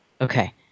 Okay